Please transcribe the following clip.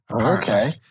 Okay